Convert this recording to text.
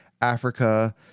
Africa